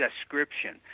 description